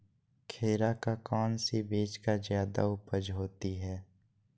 खीरा का कौन सी बीज का जयादा उपज होती है?